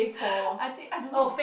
I think I don't know